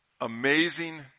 amazing